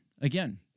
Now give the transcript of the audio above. again